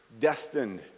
destined